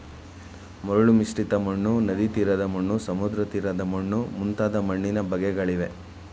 ಮರಳು ಮಿಶ್ರಿತ ಮಣ್ಣು, ನದಿತೀರದ ಮಣ್ಣು, ಸಮುದ್ರತೀರದ ಮಣ್ಣು ಮುಂತಾದ ಮಣ್ಣಿನ ಬಗೆಗಳಿವೆ